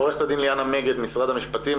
עו"ד ליאנה מגד ממשרד המשפטים,